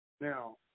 Now